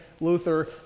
Luther